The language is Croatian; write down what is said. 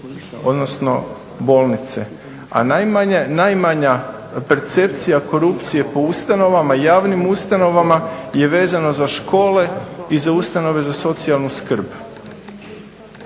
odnosno bolnice a najmanja percepcija korupcije po ustanovama, javnim ustanovama je vezana za škole i za ustanove za socijalnu skrb.